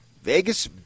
Vegas –